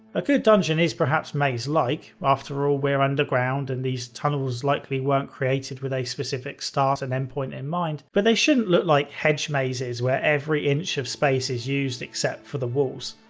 a good dungeon is perhaps like after all, we're underground and these tunnels likely weren't created with a specific start and end point in mind, but they shouldn't look like hedge mazes where every inch of space is used except for the walls.